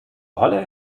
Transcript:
holle